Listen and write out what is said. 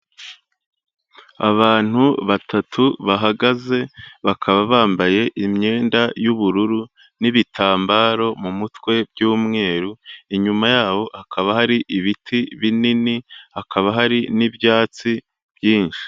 Abantu batatu bahagaze, bakaba bambaye imyenda y'ubururu n'ibitambaro mu mutwe by'umweru, inyuma yabo hakaba hari ibiti binini, hakaba hari n'ibyatsi byinshi.